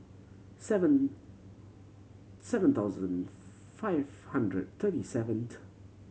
seven seven thousand five hundred thirty seven